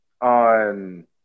on